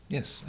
Yes